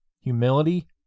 humility